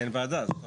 אין ועדה זו הבעיה.